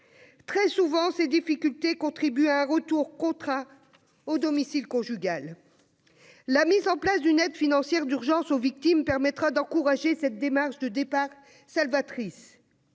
Très souvent, ces difficultés contribuent à un retour contraint au domicile conjugal. La mise en place d'une aide financière d'urgence aux victimes permettra d'encourager cette démarche salvatrice